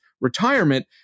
retirement